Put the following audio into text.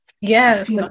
Yes